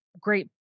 great